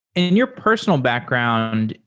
in your personal background,